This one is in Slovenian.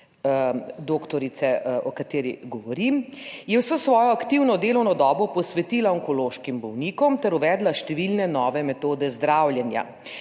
doktorice o kateri govorim, "…je vso svojo aktivno delovno dobo posvetila onkološkim bolnikom ter uvedla številne nove metode zdravljenja.